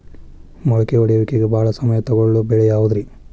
ಮೊಳಕೆ ಒಡೆಯುವಿಕೆಗೆ ಭಾಳ ಸಮಯ ತೊಗೊಳ್ಳೋ ಬೆಳೆ ಯಾವುದ್ರೇ?